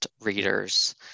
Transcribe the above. readers